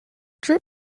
drip